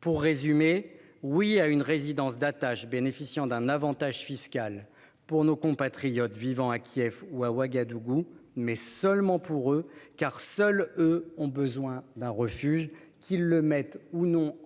Pour résumer : oui à une résidence d'attache, bénéficiant d'un avantage fiscal, pour nos compatriotes vivant à Kiev ou à Ouagadougou, mais seulement pour eux, car ils sont les seuls à avoir besoin d'un refuge, qu'ils le mobilisent ou non